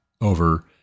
over